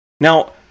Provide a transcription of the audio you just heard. Now